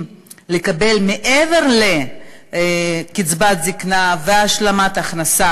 לקבל מעבר לקצבת הזיקנה והשלמת ההכנסה,